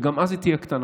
וגם אז היא תהיה קטנה.